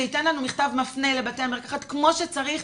שייתן לנו מכתב מפנה לבתי המרקחת כמו שצריך,